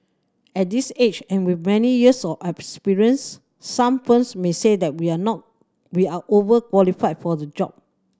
at this age and with many years of experience some firms may say that we are now we are overqualified for the job